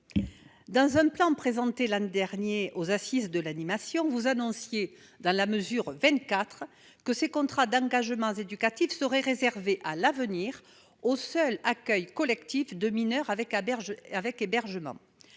plan que vous présentiez l'an dernier aux assises de l'animation, vous annonciez, dans la mesure 24, que ces contrats d'engagement éducatifs seraient réservés à l'avenir « aux seuls accueils collectifs de mineurs avec hébergement